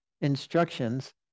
instructions